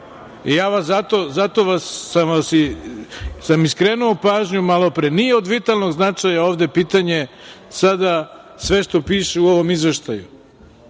značaja. Zato sam vam i skrenuo pažnju malopre, nije od vitalnog značaja ovde pitanje sada sve što piše u ovom izveštaju